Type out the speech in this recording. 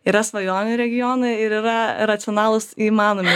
yra svajonė regionai ir yra racionalūs įmanomi